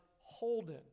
holden